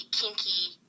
kinky